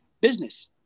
business